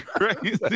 crazy